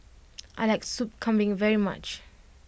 I like sup kambing very much